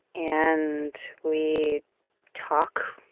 and we talk